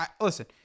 Listen